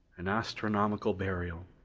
an astronomical burial